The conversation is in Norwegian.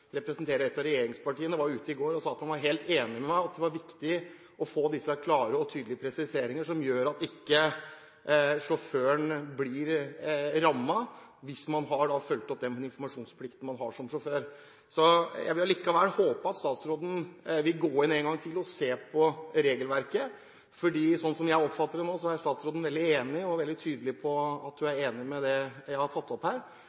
representerer et av regjeringspartiene, var i går ute og sa at han var helt enig med meg i at det var viktig å få disse klare og tydelige presiseringene som gjør at sjåføren ikke blir rammet hvis han har fulgt opp den informasjonsplikten han har som sjåfør. Jeg vil likevel håpe at statsråden vil gå inn og se på regelverket en gang til. Sånn som jeg oppfatter det nå, er statsråden veldig tydelig på at hun er enig i det jeg har tatt opp her.